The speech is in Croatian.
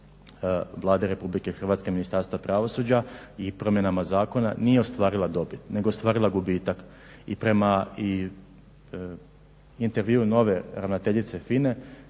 Vlade Republike Hrvatske, Ministarstva pravosuđa i promjenama zakona nije ostvarila dobit nego je ostvarila gubitak. I prema i intervjuu nove ravnateljice FINA-e,